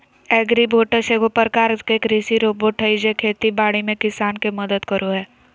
agribots एगो प्रकार के कृषि रोबोट हय जे खेती बाड़ी में किसान के मदद करो हय